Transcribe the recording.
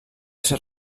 ser